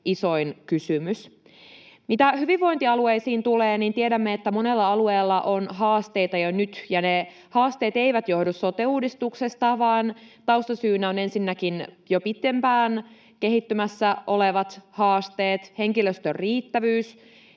isoin kysymys. Mitä hyvinvointialueisiin tulee, niin tiedämme, että monella alueella on haasteita jo nyt, ja ne haasteet eivät johdu sote-uudistuksesta, vaan taustasyynä ovat ensinnäkin jo pitempään kehittymässä olleet haasteet: henkilöstön riittävyys,